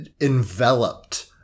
enveloped